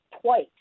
twice